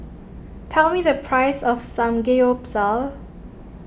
tell me the price of Samgeyopsal